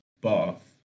Bath